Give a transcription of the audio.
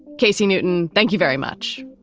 casey newton, thank you very much.